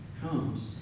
comes